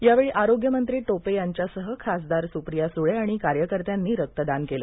यावेळी आरोग्यमंत्री टोपे यांच्यासह खासदार सुप्रीया सुळे आणि कार्यकर्त्यांनी रक्तदान केलं